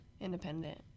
independent